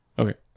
Okay